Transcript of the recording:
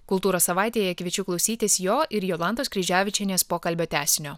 kultūros savaitėje kviečiu klausytis jo ir jolantos kryževičienės pokalbio tęsinio